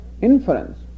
inference